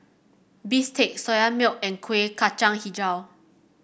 bistake Soya Milk and Kuih Kacang hijau